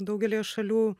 daugelyje šalių